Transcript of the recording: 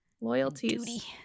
Loyalties